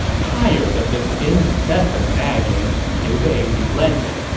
tired of this incessant nagging, liu bei relented,